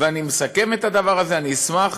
ואני מסכם את הדבר הזה, אני אשמח